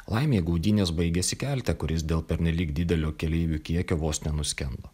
laimei gaudynės baigėsi kelte kuris dėl pernelyg didelio keleivių kiekio vos nenuskendo